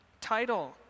title